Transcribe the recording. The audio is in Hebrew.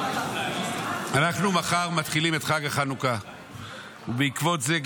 --- אנחנו מתחילים מחר את חג החנוכה ובעקבות זה,